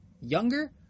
younger